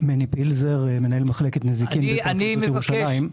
מני פילזר, מנהל מחלקת נזיקין בפרקליטות ירושלים.